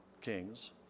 Kings